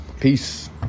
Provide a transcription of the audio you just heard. peace